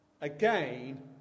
Again